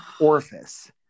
orifice